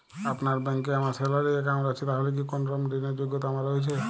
আপনার ব্যাংকে আমার স্যালারি অ্যাকাউন্ট আছে তাহলে কি কোনরকম ঋণ র যোগ্যতা আমার রয়েছে?